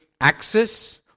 access